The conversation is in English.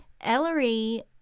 Ellery